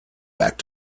back